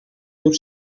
llur